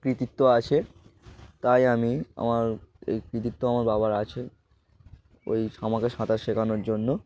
কৃতিত্ব আছে তাই আমি আমার এই কৃতিত্ব আমার বাবার আছে ওই আমাকে সাঁতার শেখানোর জন্য